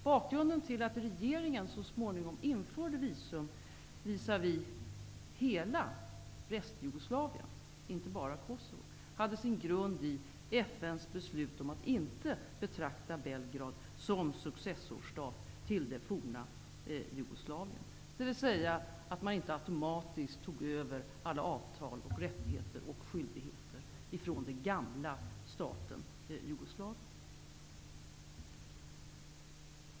Bakgrunden till att regeringen så småningom fattade beslut om visumtvång visavi hela Restjugoslavien, inte bara Kosovo, hade sin grund i FN:s beslut att inte betrakta Belgrad som successorstat till det forna Jugoslavien, dvs. att man inte automatiskt tog över alla avtal, rättigheter och skyldigheter från den gamla staten Jugoslavien.